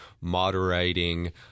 moderating